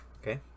Okay